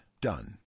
Done